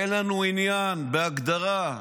אין לנו עניין, בהגדרה,